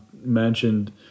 mentioned